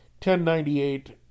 1098